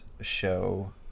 show